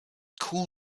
cool